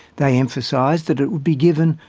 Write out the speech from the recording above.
they emphasised that it would be given,